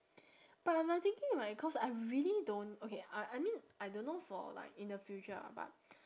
but I'm like thinking like cause I really don't okay I I mean I don't know for like in the future ah but